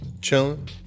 Chilling